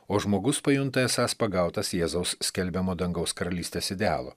o žmogus pajunta esąs pagautas jėzaus skelbiamo dangaus karalystės idealo